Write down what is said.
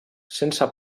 sense